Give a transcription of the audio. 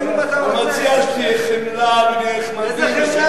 מציע שתהיה חמלה, איזה חמלה?